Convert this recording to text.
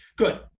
Good